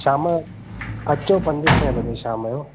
शाम जो अचो पंजे छहे बजे शाम जो